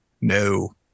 No